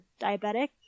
diabetic